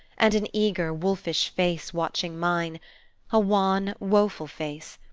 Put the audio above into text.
and an eager, wolfish face watching mine a wan, woful face,